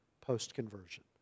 post-conversion